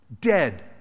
Dead